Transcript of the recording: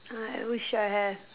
I wish I have